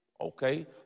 Okay